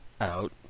out